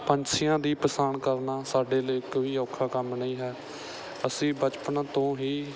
ਪੰਛੀਆਂ ਦੀ ਪਛਾਣ ਕਰਨਾ ਸਾਡੇ ਲਈ ਕੋਈ ਔਖਾ ਕੰਮ ਨਹੀਂ ਹੈ ਅਸੀਂ ਬਚਪਨ ਤੋਂ ਹੀ